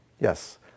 Yes